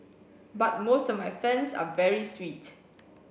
but most of my fans are very sweet